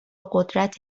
قدرت